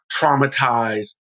traumatized